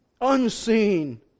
unseen